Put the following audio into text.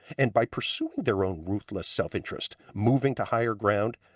and by pursuing their own ruthless self-interest moving to higher ground,